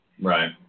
Right